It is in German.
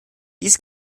dies